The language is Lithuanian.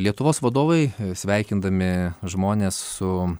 lietuvos vadovai sveikindami žmones su